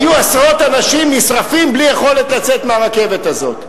היו עשרות אנשים נשרפים בלי יכולת לצאת מהרכבת הזאת.